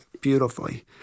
Beautifully